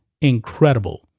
incredible